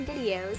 videos